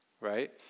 right